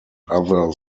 other